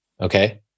okay